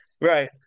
right